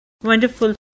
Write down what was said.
Wonderful